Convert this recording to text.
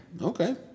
Okay